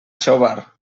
xóvar